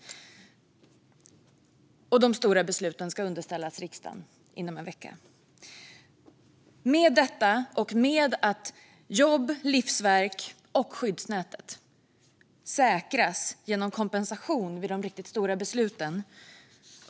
Och de stora besluten ska underställas riksdagen inom en vecka. Därutöver måste jobb och livsverk samt skyddsnätet säkras genom kompensation vid de riktigt stora besluten.